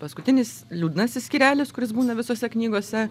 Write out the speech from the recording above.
paskutinis liūdnasis skyrelis kuris būna visose knygose